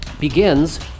begins